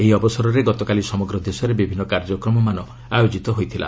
ଏହି ଅବସରରେ ଗତକାଲି ସମଗ୍ର ଦେଶରେ ବିଭିନ୍ନ କାର୍ଯ୍ୟକ୍ରମମାନ ଆୟୋଜିତ ହୋଇଛି